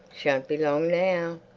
shan't be long now.